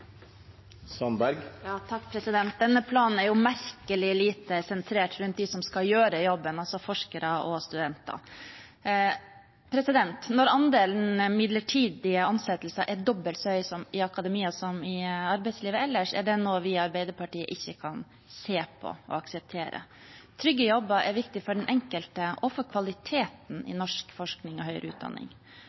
merkelig lite sentrert rundt dem som skal gjøre jobben, altså forskere og studenter. Når andelen midlertidige ansettelser er dobbelt så høy i akademia som i arbeidslivet ellers, er det noe vi i Arbeiderpartiet ikke kan se på og akseptere. Trygge jobber er viktig for den enkelte og for kvaliteten i norsk forskning og høyere utdanning.